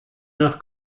nach